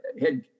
head